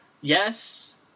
Yes